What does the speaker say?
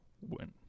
win